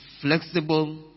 flexible